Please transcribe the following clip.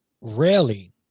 rarely